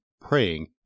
praying